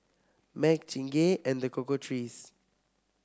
Mac Chingay and The Cocoa Trees